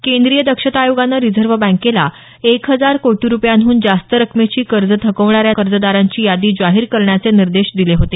केंद्रीय दक्षता आयोगानं रिझर्व बँकेला एक हजार कोटी रुपयांहून जास्त रकमेची कर्ज थकवणाऱ्या कर्जदारांची यादी जाहीर करण्याचे निर्देश दिले होते